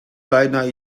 beinahe